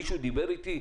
מישהו דיבר איתו?